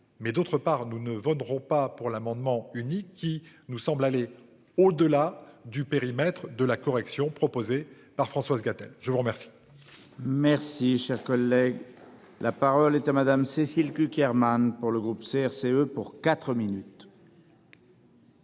Mais d'autre part, nous ne voterons pas pour l'amendement unique qui nous semble aller. Au-delà du périmètre de la correction proposée par Françoise Gatel je vous remercie. Merci, cher collègue, la parole est à madame Cécile Cukierman. Pour le groupe CRCE pour 4 minutes.